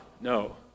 No